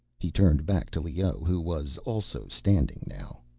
he turned back to leoh, who was also standing now.